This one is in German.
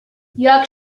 jörg